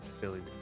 Billy